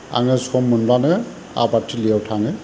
आङो सम मोनब्लानो आबाद थिलियाव थाङो